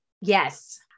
Yes